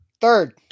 Third